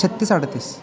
छत्तीस अडतीस